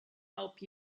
help